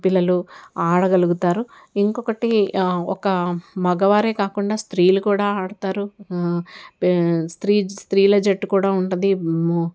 పిల్లలు ఆడగలుగుతారు ఇంకొకటి ఒక మగవారే కాకుండా స్త్రీలు కూడా ఆడతారు స్త్రీ స్త్రీల జట్టు కూడా ఉంటుంది